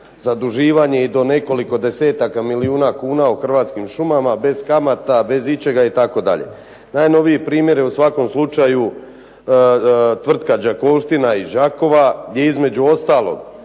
zaduživanje i do nekoliko desetaka milijuna kuna u Hrvatskim šumama, bez kamata, bez ičega itd. Najnoviji primjer je u svakom slučaju tvrtka "Đakovština" iz Đakova gdje je između ostalog